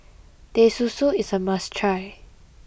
Teh Susu is a must try